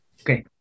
Okay